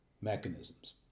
mechanisms